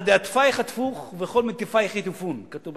על דאטפת אטפוך, וכל מטיפייך יטופון, כתוב.